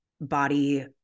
body